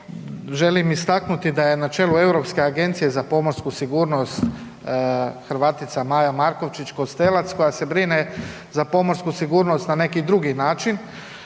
želim istaknuti da je na čelu Europske agencije za pomorsku sigurnost Hrvatica Maja Markovčić KOstelac koja se brine za pomorsku sigurnost na neki drugi način.